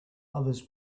others